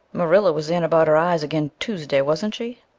marilla was in about her eyes again tuesday, wasn't she?